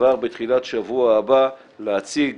כבר בתחילת השבוע הבא להציג